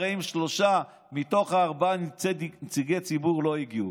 הרי אם שלושה מתוך ארבעה נציגי ציבור לא הגיעו,